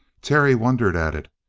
terry wondered at it,